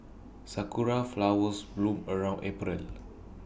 Sakura Flowers bloom around April